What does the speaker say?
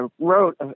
wrote